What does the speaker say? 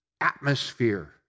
atmosphere